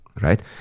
right